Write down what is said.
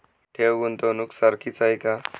ठेव, गुंतवणूक सारखीच आहे का?